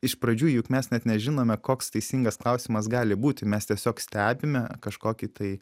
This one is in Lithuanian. iš pradžių juk mes net nežinome koks teisingas klausimas gali būti mes tiesiog stebime kažkokį tai